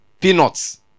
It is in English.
peanuts